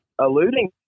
alluding